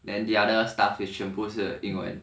then the other stuff is 全部是英文